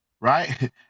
Right